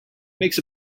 makes